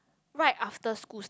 right after schools